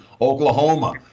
Oklahoma